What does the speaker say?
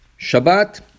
Shabbat